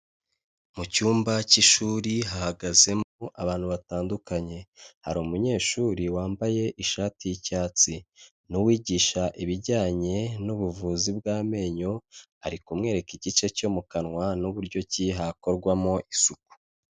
Mu cyumba cy'ishuri hahagazemo abantu batandukanye. Hari umunyeshuri wambaye ishati y'icyatsi. N'uwigisha ibijyanye n'ubuvuzi bw'amenyo, ari kumwereka igice cyo mu kanwa n'uburyo ki hakorwamo isuku.